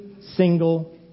single